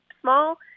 small